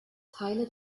teile